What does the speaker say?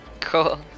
cool